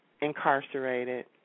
incarcerated